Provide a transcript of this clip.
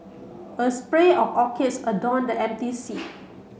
a spray of orchids adorned the empty seat